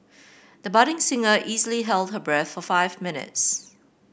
the budding singer easily held her breath for five minutes